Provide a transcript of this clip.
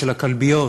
של הכלביות,